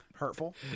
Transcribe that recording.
hurtful